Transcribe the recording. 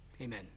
amen